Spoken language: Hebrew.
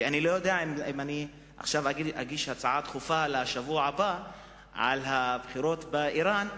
ואני לא יודע אם אני אגיש הצעה דחופה בשבוע הבא על הבחירות באירן,